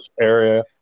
area